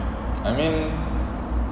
I mean